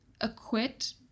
acquit